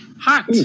Hot